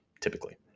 typically